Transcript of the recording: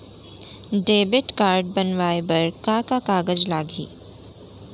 Debit card बनवाये बर का का कागज लागही?